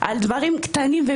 ובאמת ישמור על השוטרים.